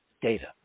data